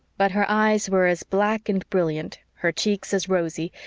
but her eyes were as black and brilliant, her cheeks as rosy,